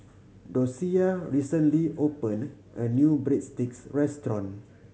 Docia recently opened a new Breadsticks restaurant